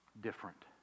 different